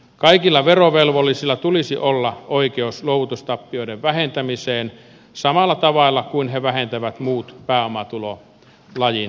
kaikilla verovelvollisilla tulisi olla oikeus luovutustappioiden vähentämiseen samalla tavalla kuin he vähentävät muut pääomatulolajin tappiot